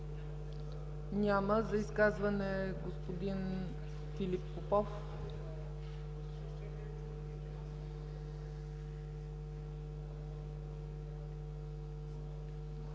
Няма. За изказване – господин Филип Попов.